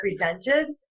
represented